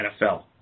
NFL